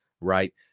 right